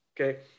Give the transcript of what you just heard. okay